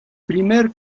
primero